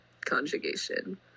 conjugation